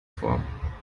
vor